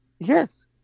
Yes